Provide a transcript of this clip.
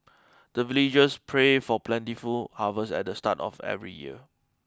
the villagers pray for plentiful harvest at the start of every year